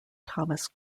thomas